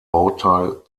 bauteil